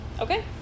Okay